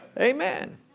Amen